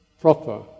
proper